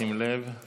שים לב לשעון,